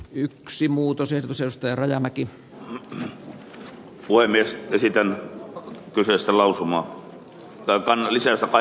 yksi muutos ei kyseistä rajamäki arvoisa puhemies kysytään onko kyseistä lausumaa kaivataan lisää tapa